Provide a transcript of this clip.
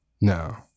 No